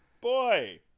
Boy